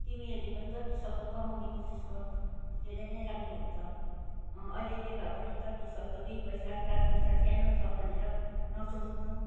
तिमीहरूले पनि जतिसक्दो कमाउने कोसिस गर्नु धेरै नै राम्रो हुन्छ अलिअलि भए पनि जति सक्दो दुई पैसा चार पैसा सानो छ भनेर नसोच्नु